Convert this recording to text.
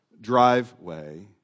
driveway